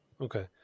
Okay